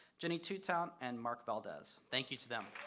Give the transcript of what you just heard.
jenny toutant and mark valdez, thank you to them.